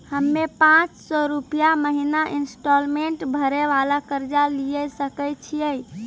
हम्मय पांच सौ रुपिया महीना इंस्टॉलमेंट भरे वाला कर्जा लिये सकय छियै?